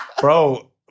bro